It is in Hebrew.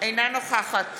אינה נוכחת